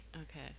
okay